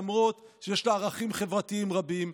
למרות שיש לה ערכים חברתיים רבים,